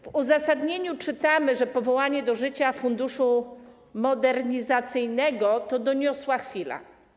W uzasadnieniu czytamy, że powołanie do życia Funduszu Modernizacyjnego to doniosła chwila.